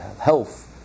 health